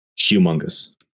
humongous